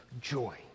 joy